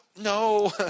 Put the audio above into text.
No